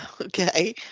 okay